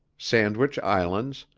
sandwich islands,